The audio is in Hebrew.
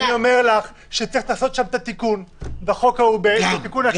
אני אומר שצריך לעשות את התיקון בחוק ההוא ולא